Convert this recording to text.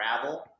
gravel